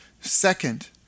Second